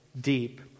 deep